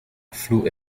flu